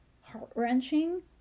heart-wrenching